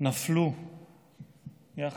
ונפלו עם הציבור,